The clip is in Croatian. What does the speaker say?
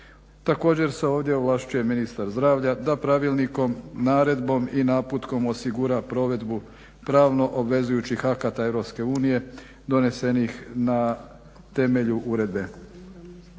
Također se ovdje ovlašćuje ministar zdravlja da pravilnikom, naredbom i naputkom osigura provedbu pravno obvezujućih akata Europske unije donesenih na temelju uredbe.